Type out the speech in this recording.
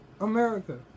America